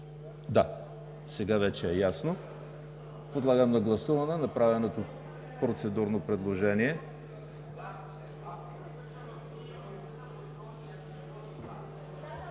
Да, сега вече е ясно. Подлагам на гласуване направеното процедурно предложение…